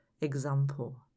example